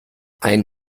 ein